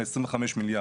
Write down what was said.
25 מיליארד.